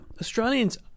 Australians